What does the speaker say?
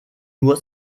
nur